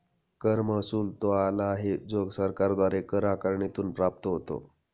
कर महसुल तो आला आहे जो सरकारद्वारे कर आकारणीतून प्राप्त होतो